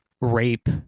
rape